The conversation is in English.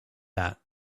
that